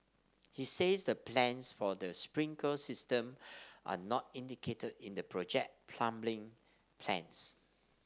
he says the plans for the sprinkler system are not indicated in the project plumbing plans